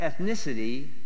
ethnicity